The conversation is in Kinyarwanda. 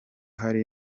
hari